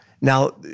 Now